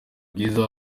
bwiza